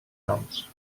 noms